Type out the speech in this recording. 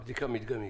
בדיקה מדגמית.